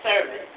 service